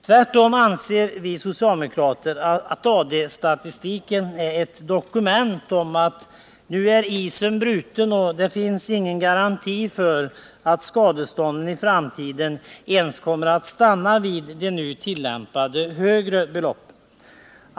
Tvärtom anser vi socialdemokrater AD-statistiken vara ett dokument över att isen nu är bruten, och det finns ingen garanti för att skadestånden i framtiden ens kommer att stanna vid de nu tillämpade högre beloppen.